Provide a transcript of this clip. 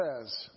says